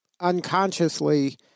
unconsciously